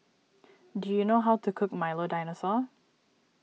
do you know how to cook Milo Dinosaur